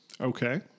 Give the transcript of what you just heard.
Okay